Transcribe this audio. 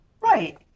Right